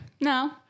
No